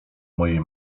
mojej